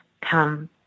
come